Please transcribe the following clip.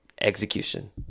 execution